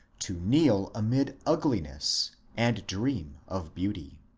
to kneel amid ugli ness and dream of beauty.